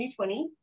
2020